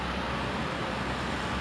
oh my god I don't want to